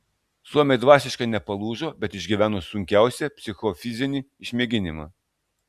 suomiai dvasiškai nepalūžo bet išgyveno sunkiausią psichofizinį išmėginimą